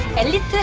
and